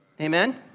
Amen